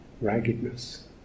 Raggedness